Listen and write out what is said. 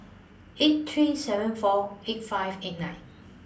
eight three seven four eight five eight nine